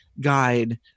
guide